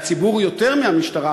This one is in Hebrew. והציבור יותר מהמשטרה,